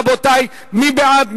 רבותי, מי בעד?